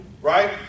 Right